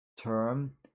term